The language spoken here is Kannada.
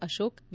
ಅಶೋಕ್ ವಿ